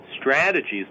strategies